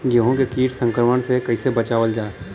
गेहूँ के कीट संक्रमण से कइसे बचावल जा?